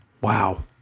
Wow